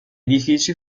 edifici